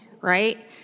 Right